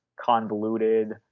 convoluted